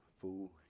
fool